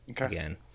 again